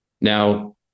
Now